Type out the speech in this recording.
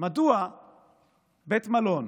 מדוע בית מלון